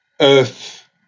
earth